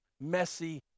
messy